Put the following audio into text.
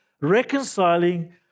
reconciling